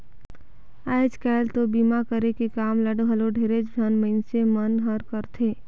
आयज कायल तो बीमा करे के काम ल घलो ढेरेच झन मइनसे मन हर करथे